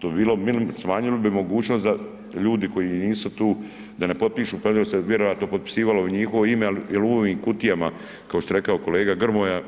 To bi bilo smanjilo bi mogućnost da ljudi koji nisu tu, da ne potpišu ... vjerojatno se potpisalo u njihovo ime jer u ovim kutijama kao što je rekao kolega Grmoja,